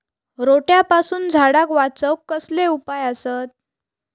रोट्यापासून झाडाक वाचौक कसले उपाय आसत?